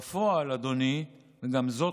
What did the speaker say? בפועל, אדוני, וגם זאת